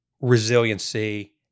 resiliency